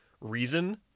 reason